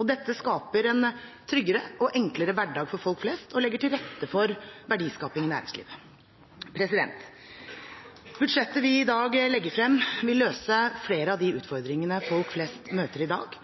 Dette skaper en tryggere og enklere hverdag for folk flest og legger til rette for verdiskaping i næringslivet. Budsjettet vi i dag legger frem, vil løse flere av de utfordringene folk flest møter i dag,